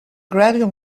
gradual